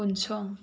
उनसं